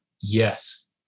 yes